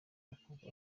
bakobwa